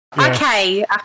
Okay